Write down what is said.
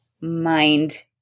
mind